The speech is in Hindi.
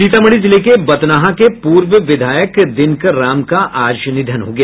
सीतामढ़ी जिले के बथनाहा के पूर्व विधायक दिनकर राम का आज निधन हो गया